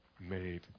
made